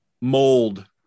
mold